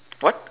what